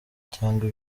cyangwa